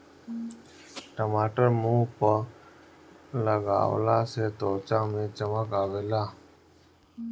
टमाटर मुंह पअ लगवला से त्वचा में चमक आवेला